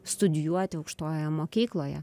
studijuoti aukštojoje mokykloje